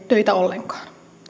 töitä ollenkaan